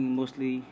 mostly